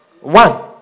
One